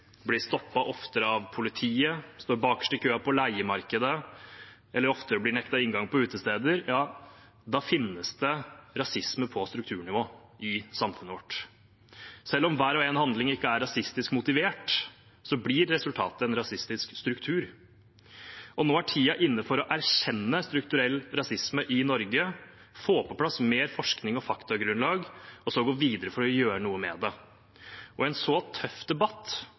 blir stoppet oftere av politiet, står bakerst i køen i leiemarkedet eller oftere blir nektet inngang på utesteder – ja, da finnes det rasisme på strukturnivå i samfunnet vårt. Selv om hver og en handling ikke er rasistisk motivert, blir resultatet en rasistisk struktur. Nå er tiden inne for å erkjenne strukturell rasisme i Norge, få på plass mer forskning og faktagrunnlag og så gå videre for å gjøre noe med det. Og i en så tøff debatt